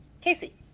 Casey